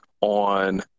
on